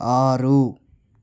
ఆరు